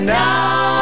now